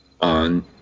on